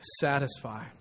satisfy